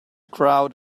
crowd